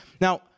Now